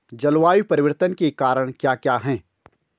जलवायु परिवर्तन के कारण क्या क्या हैं?